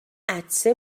عطسه